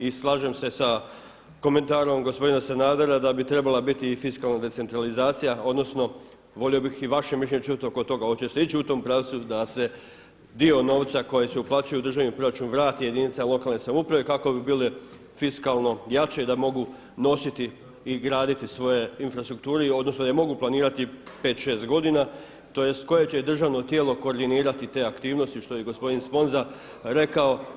I slažem se komentarom gospodina Sanadera da bi trebala biti i fiskalna decentralizacija odnosno volio bih i vaše mišljenje čuti oko toga oće se ići u tom pravcu da se dio novac koji se uplaćuje u državni proračun vrati jedinicama lokalne samouprave kako bi bile fiskalno jače da mogu nositi i graditi svoje infrastrukture, odnosno da mogu planirati 5, 6 godina tj. koje će državno tijelo koordinirati te aktivnosti što je i gospodin Sponza rekao.